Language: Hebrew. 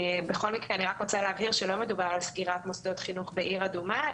בכל מקרה אני רוצה להבהיר שלא מדובר על סגירת מוסדות חינוך בעיר אדומה,